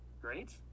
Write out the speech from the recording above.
great